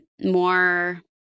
more